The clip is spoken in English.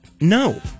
No